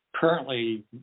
currently